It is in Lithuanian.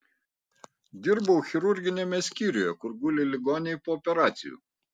dirbau chirurginiame skyriuje kur guli ligoniai po operacijų